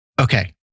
Okay